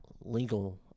Legal